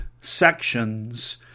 sections